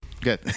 good